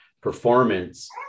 performance